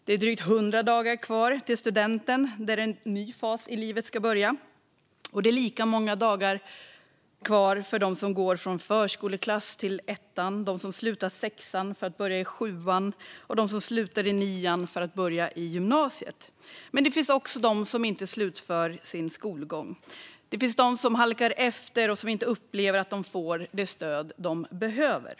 Det är drygt 100 dagar kvar till studenten, där en ny fas i livet ska börja. Det är lika många dagar kvar för dem som går från förskoleklass till ettan, för dem som slutar sexan för att börja i sjuan och för dem som slutar nian för att börja i gymnasiet. Men det finns också de som inte slutför sin skolgång. Det finns de som halkar efter och som inte upplever att de får det stöd de behöver.